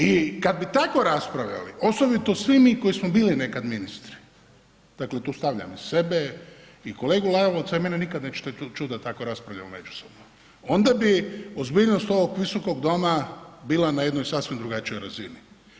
I kad bi tako raspravljali, osobito svi mi koji smo bili nekad ministri, dakle tu stavljam i sebe i kolegu Lalovca i mene nikada neće čut da tako raspravljamo međusobno, onda bi ozbiljnost ovog visokog doma bila na jednoj sasvim drugačijoj razini.